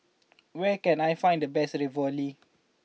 where can I find the best Ravioli